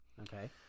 Okay